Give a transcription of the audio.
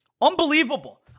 Unbelievable